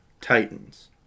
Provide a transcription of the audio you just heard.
Titans